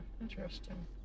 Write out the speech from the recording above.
Interesting